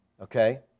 okay